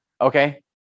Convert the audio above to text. okay